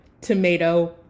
tomato